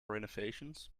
renovations